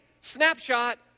snapshot